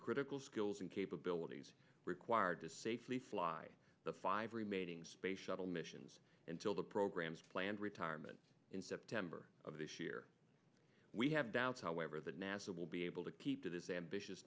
critical skills and capabilities required to safely fly the five remaining space shuttle missions until the program's planned retirement in september of this year we have doubts however that nasa will be able to keep to this ambitious